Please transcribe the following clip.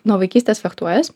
nuo vaikystės fechtuojuos